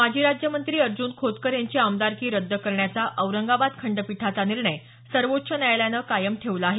माजी राज्यमंत्री अर्ज्न खोतकर यांची आमदारकी रद्द करण्याचा औरंगाबाद खंडपीठाचा निर्णय सर्वोच्च न्यायालयानं कायम ठेवला आहे